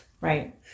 Right